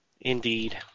Indeed